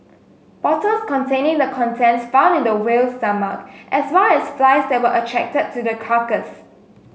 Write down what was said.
bottles containing the contents found in the whale's stomach as well as flies that were attracted to the carcass